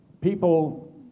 people